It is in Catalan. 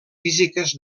físiques